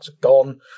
gone